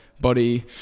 body